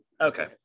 okay